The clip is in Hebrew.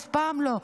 אף פעם לא.